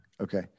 Okay